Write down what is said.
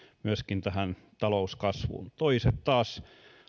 myöskin tähän talouskasvuun toiset taas